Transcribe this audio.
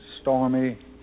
stormy